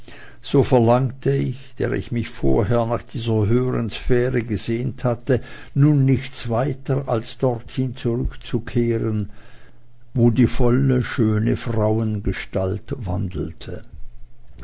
so verlangte ich der ich mich vorher nach dieser höheren sphäre gesehnt hatte nun nichts weiter als dorthin zurückzukehren wo die volle schöne frauengestalt wandelte